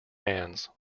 hands